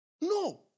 No